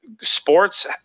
sports